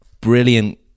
brilliant